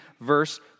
verse